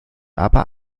aber